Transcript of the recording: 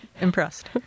impressed